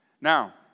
Now